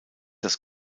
das